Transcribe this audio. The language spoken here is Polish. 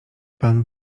pan